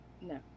no